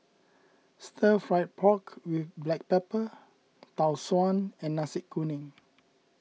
Stir Fried Pork with Black Pepper Tau Suan and Nasi Kuning